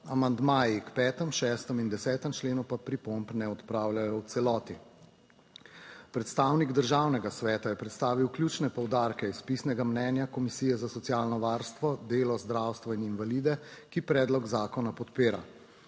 Amandmaji k 5. 6. in 10. členu pa pripomb ne odpravljajo v celoti. Predstavnik Državnega sveta je predstavil ključne poudarke iz pisnega mnenja Komisije za socialno varstvo, delo, zdravstvo in invalide, ki predlog zakona podpira.